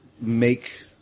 make